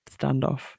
standoff